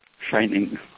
shining